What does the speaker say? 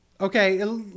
Okay